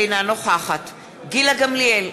אינה נוכחת גילה גמליאל,